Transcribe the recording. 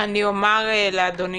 אני אומר לאדוני,